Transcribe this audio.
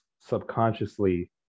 subconsciously